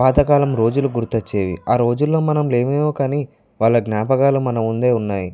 పాతకాలం రోజులు గుర్తొచ్చేవి ఆరోజుల్లో మనం లేమేమో కానీ వాళ్ళ జ్ఞాపకాలు మనం ముందే ఉన్నాయి